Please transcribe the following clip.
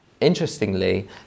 Interestingly